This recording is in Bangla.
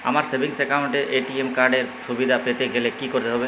আমার সেভিংস একাউন্ট এ এ.টি.এম কার্ড এর সুবিধা পেতে গেলে কি করতে হবে?